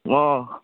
অঁ